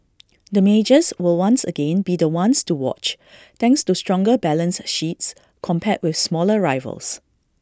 the majors will once again be the ones to watch thanks to stronger balance sheets compared with smaller rivals